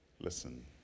Listen